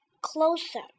closer